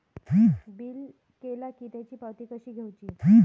Bill केला की त्याची पावती कशी घेऊची?